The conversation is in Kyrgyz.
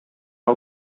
бул